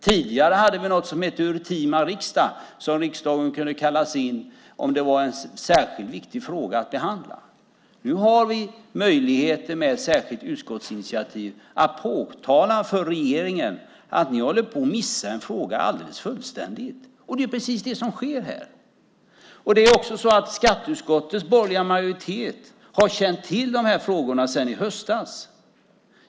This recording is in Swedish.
Tidigare fanns det något som hette urtima riksdag, då riksdagen kunde kallas in om det fanns en särskilt viktig fråga att behandla. Nu har vi möjligheten att med ett utskottsinitiativ påtala för regeringen att man håller på att fullständigt missa en fråga. Det är precis detta som sker här. Skatteutskottets borgerliga majoritet har känt till de här frågorna sedan i höstas.